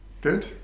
Good